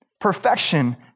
Perfection